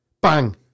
Bang